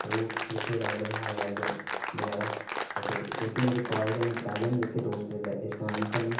ते ओह् जित्थै बी लभदे हाय हैलो बगैरा ते जेह्के मेरे कॉलेज दे अजें परैजैंट जेह्के दोस्त इस टाइम उप्पर न